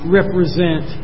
represent